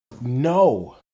no